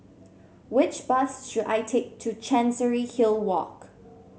which bus should I take to Chancery Hill Walk